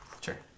sure